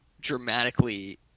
dramatically